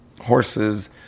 horses